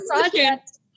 project